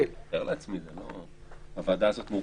לבטל, זה אומר שיש לזה כבר תמיכה.